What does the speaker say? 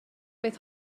beth